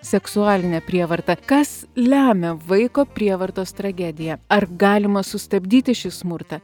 seksualinę prievartą kas lemia vaiko prievartos tragediją ar galima sustabdyti šį smurtą